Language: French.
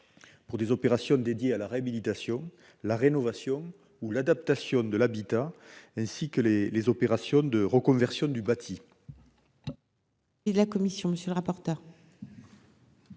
pour des opérations dédié à la réhabilitation, la rénovation ou l'adaptation de l'habitat, ainsi que les les opérations de reconversion du bâti. Et la commission, monsieur le rapporteur.